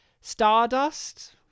Stardust